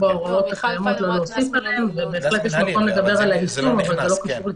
קנס מינהלי לא נכנס.